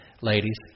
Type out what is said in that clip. Ladies